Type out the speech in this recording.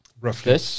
roughly